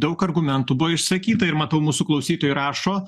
daug argumentų buvo išsakyta ir matau mūsų klausytojai rašo